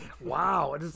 wow